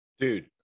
Dude